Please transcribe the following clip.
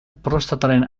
prostataren